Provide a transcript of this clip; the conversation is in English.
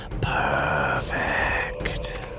perfect